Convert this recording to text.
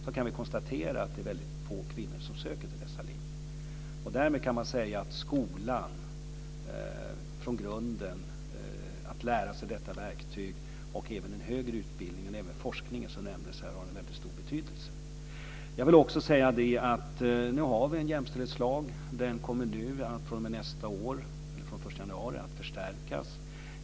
Därmed kan det sägas att lärandet av dessa verktyg från grunden i skolan och även den högre utbildningen - forskningen - har stor betydelse. Nu har vi en jämställdhetslag. Den kommer att förstärkas den 1 januari.